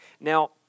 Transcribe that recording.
Now